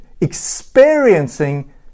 experiencing